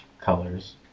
colors